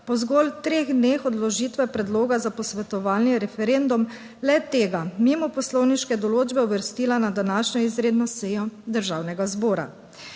po zgolj treh dneh od vložitve Predloga za posvetovalni referendum le tega mimo poslovniške določbe uvrstila na današnjo izredno sejo Državnega zbora.